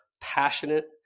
passionate